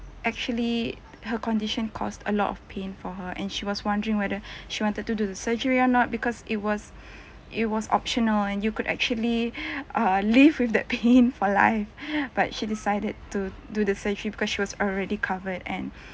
actually her condition caused a lot of pain for her and she was wondering whether she wanted to do the surgery or not because it was it was optional and you could actually uh live with that pain for life but she decided to do the surgery because she was already covered and